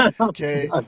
Okay